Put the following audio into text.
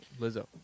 Lizzo